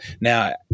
Now